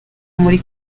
muri